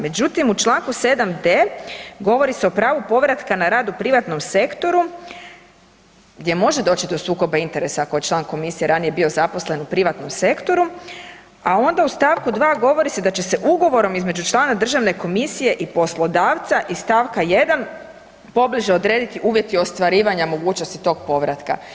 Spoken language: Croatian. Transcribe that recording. Međutim, u čl. 7.d. govori se o pravu povratka na rad u privatnom sektoru, gdje može doći do sukoba interesa ako je član komisije ranije bio zaposlen u privatnom sektoru, a onda u st. 2. govori se da će se ugovorom između člana državne komisije i poslodavca iz st. 1. pobliže odrediti uvjeti ostvarivanja mogućnosti tog povratka.